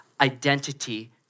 identity